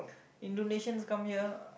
Indonesians come here